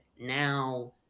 now